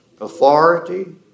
authority